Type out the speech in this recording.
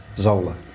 Zola